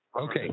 Okay